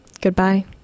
Goodbye